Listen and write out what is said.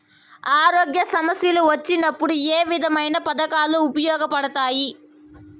ఆరోగ్య సమస్యలు వచ్చినప్పుడు ఏ విధమైన పథకాలు ఉపయోగపడతాయి